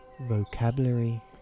vocabulary